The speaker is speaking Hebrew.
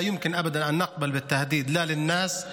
לא ייתכן שנסכים לאיום, לא לאיום על האנשים,